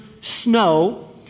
snow